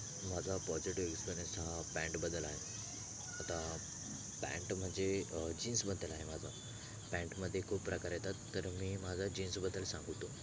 माझा positive experience हा पॅन्टबद्दल आहे आता पॅन्ट म्हणजे जीन्सबद्दल आहे माझा पॅन्टमध्ये खूप प्रकार येतात तर मी माझा जीन्सबद्दल सांगतो